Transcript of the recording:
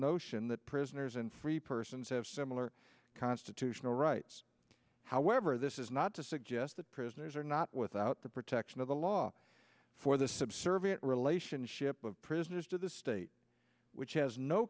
notion that prisoners and free persons have similar constitutional rights however this is not to suggest that prisoners are not without the protection of the law for the subservient relationship of prisoners to the state which has no